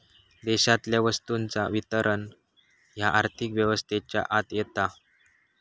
देशातल्या वस्तूंचा वितरण ह्या आर्थिक व्यवस्थेच्या आत येता